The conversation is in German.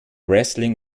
wrestling